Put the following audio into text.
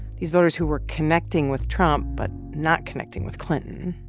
these voters who were connecting with trump but not connecting with clinton